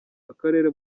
akarere